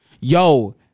Yo